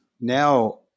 now